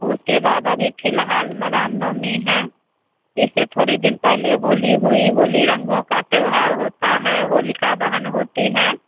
उसके बाद अभी फ़िलहाल में रामनवमी है इससे थोड़े दिन पहले होली हुई होली रंगों का त्यौहार होता है होलिका दहन होती है